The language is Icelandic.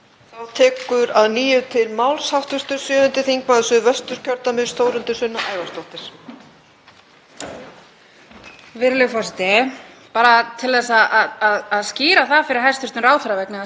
Bara til að skýra það fyrir hæstv. ráðherra, vegna þess að hann virðist ekki alveg vera með það á hreinu, er mjög ólíku saman að jafna þegar kemur að nauðungarfrumvarpi hæstv. heilbrigðisráðherra, þar sem verið er að skerða mannréttindi, skerða þau,